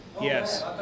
Yes